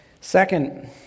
second